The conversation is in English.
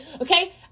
Okay